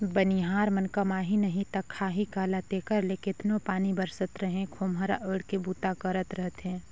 बनिहार मन कमाही नही ता खाही काला तेकर ले केतनो पानी बरसत रहें खोम्हरा ओएढ़ के बूता करत रहथे